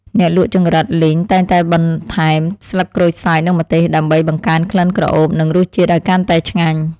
អ្នកលក់ចង្រិតលីងតែងតែបន្ថែមស្លឹកក្រូចសើចនិងម្ទេសដើម្បីបង្កើនក្លិនក្រអូបនិងរសជាតិឱ្យកាន់តែឆ្ងាញ់។